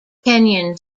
kenyon